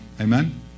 Amen